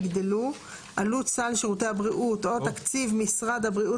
יגדלו עלות סל שירותי הבריאות או תקציב משרד הבריאות